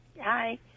Hi